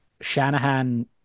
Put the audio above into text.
Shanahan